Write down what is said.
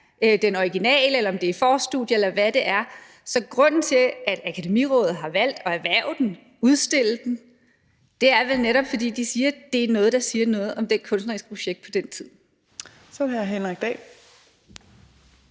det originale, eller om det er forstudier, eller hvad det er. Så grunden til, at Akademiraadet har valgt at erhverve den og udstille den, er vel netop, at det er noget, der siger noget om det kunstneriske projekt på den tid. Kl. 18:42 Fjerde